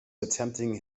attempting